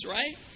right